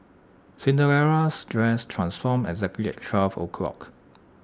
Cinderella's dress transformed exactly at twelve o'clock